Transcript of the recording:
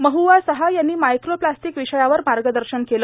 महुआ सहा यांनी मायक्रोप्लास्टिक विषयावर मार्गदर्शन केलं